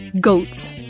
Goats